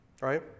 right